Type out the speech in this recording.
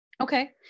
Okay